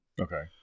Okay